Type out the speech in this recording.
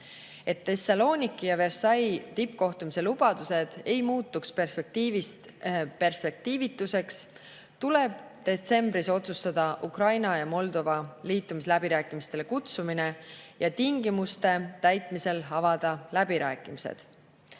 Et Thessaloniki ja Versailles' tippkohtumise lubadused ei muutuks perspektiivist perspektiivituseks, tuleb detsembris otsustada Ukraina ja Moldova liitumisläbirääkimistele kutsumine ja tingimuste täitmisel avada läbirääkimised.